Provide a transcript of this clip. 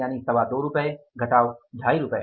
225 रुपए घटाव 250 रुपए